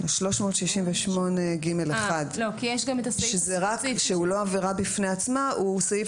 סעיף 361ג(1) שהוא לא עבירה בפני עצמה אלא הוא סעיף